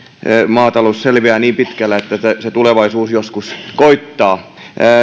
maatalous selviää niin pitkälle että se tulevaisuus joskus koittaa